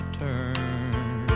turn